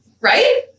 Right